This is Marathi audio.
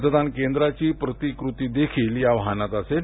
मतदान केंद्राची प्रतिकृती देखील या वाहनात असेल